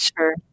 sure